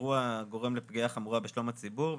אירוע הגורם לפגיעה חמורה בשלום הציבור,